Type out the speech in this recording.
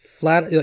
Flat